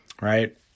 Right